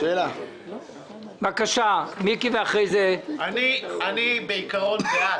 אני מבקשת הפרדה.